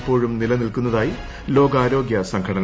ഇപ്പോഴും നിലനിൽക്കുന്നതായി ലോകാരോഗ്യ സംഘടന